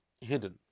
hidden